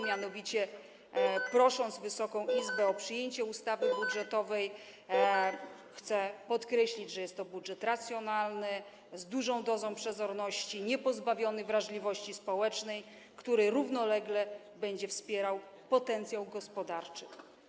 Mianowicie prosząc Wysoką Izbę o przyjęcie ustawy budżetowej, chcę podkreślić, że jest to budżet racjonalny, z dużą dozą przezorności, niepozbawiony wrażliwości społecznej, który równolegle będzie wspierał potencjał gospodarczy.